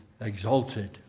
exalted